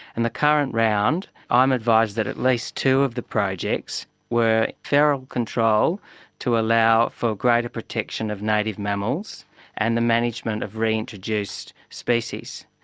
and the current round i am advised that at least two of the projects were feral control to allow for greater protection of native mammals and the management of reintroduced species,